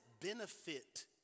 benefit